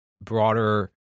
broader